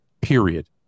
Period